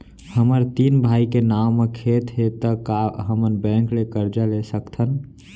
हमर तीन भाई के नाव म खेत हे त का हमन बैंक ले करजा ले सकथन?